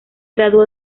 graduó